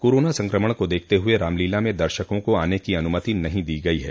corona संक्रमण को देखते हुए रामलीला में दर्शकों को आने की अनुमति नहीं दी गई है